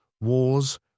Wars